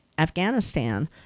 Afghanistan